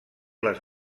les